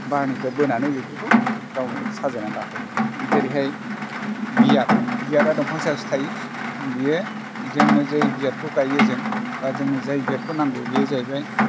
बारनिफ्राय बोनानै बेफोरखौ गावनो साजायनानै लाखायो जेरैहाय बियाद बियादा दंफां सायावसो थायो बियो जोंनो जै बियादखौ गायो जों बा जोंनो जाय बियादखौ नांगौ बेयो जाहैबाय